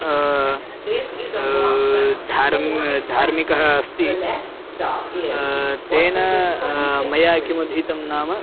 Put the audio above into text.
धर्मः धार्मिकः अस्ति तेन मया किमधीतं नाम